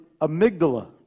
amygdala